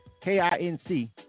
K-I-N-C